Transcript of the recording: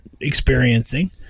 experiencing